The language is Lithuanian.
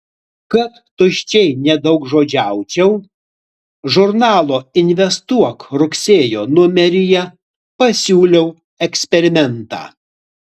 kad tuščiai nedaugžodžiaučiau žurnalo investuok rugsėjo numeryje pasiūliau eksperimentą